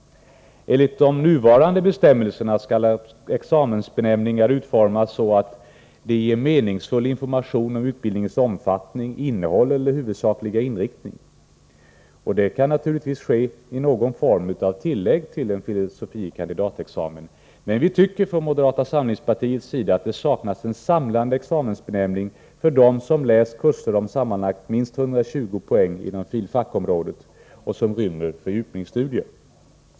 Enligt de nuvarande bestämmelserna skall examensbenämningar utformas så att de ger meningsfull information om utbildningens omfattning, innehåll eller huvudsakliga inriktning. Detta kan naturligtvis ske i någon form av tillägg till benämningen filosofie kandidatexamen. Vi tycker från moderata samlingspartiets sida att det saknas en samlande examensbenämning för dem som har läst kurser om sammanlagt minst 120 poäng på filosofiska fakulteten och där det ingår fördjupningsstudier.